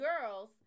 girls